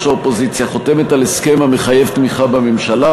האופוזיציה חותמת על הסכם המחייב תמיכה בממשלה,